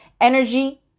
energy